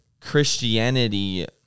Christianity